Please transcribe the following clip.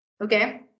Okay